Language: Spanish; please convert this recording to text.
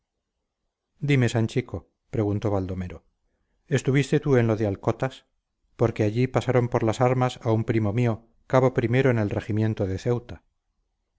luco dime sanchico preguntó baldomero estuviste tú en lo de alcotas porque allí pasaron por las armas a un primo mío cabo primero en el regimiento de ceuta